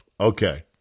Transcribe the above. Okay